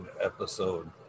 episode